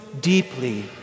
deeply